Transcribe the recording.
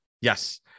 Yes